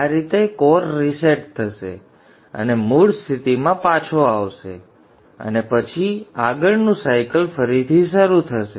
આ રીતે core reset થશે અને મૂળ સ્થિતિમાં પાછો આવશે અને પછી આગળનું સાયકલ ફરીથી શરૂ થશે